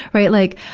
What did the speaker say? right. like,